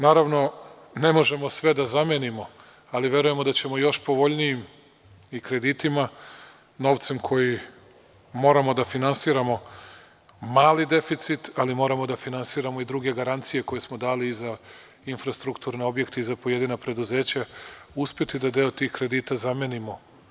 Naravno, ne možemo sve da zamenimo, ali verujemo da ćemo još povoljnijim kreditima i novcem koji moramo da finansiramo mali deficit, ali moramo da finansiramo i druge garancije koje smo dali i za infrastrukturne objekte i za pojedina preduzeća, uspeti da deo tih kredita zamenimo.